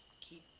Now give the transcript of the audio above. keep